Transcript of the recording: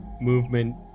movement